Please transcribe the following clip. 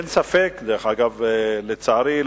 לצערי,